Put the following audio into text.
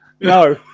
No